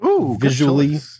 visually